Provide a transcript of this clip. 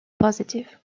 positive